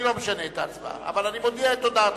אני לא משנה את ההצבעה, אבל אני מודיע את הודעתך.